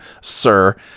Sir